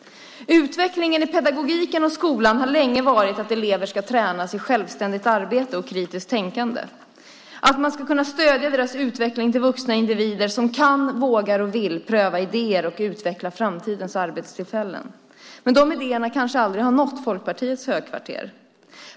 Utvecklingen av pedagogiken i skolan har länge varit att elever ska tränas i självständigt arbete och kritiskt tänkande. Man ska kunna stödja deras utveckling till vuxna individer som kan, vågar och vill pröva idéer och utveckla framtidens arbetstillfällen. De idéerna kanske aldrig har nått Folkpartiets högkvarter.